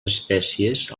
espècies